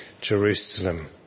Jerusalem